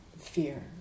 fear